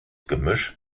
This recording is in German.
gemisch